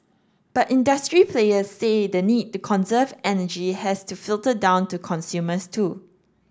but industry players say the need to conserve energy has to filter down to consumers too